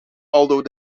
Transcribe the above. although